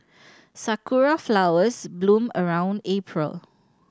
sakura flowers bloom around April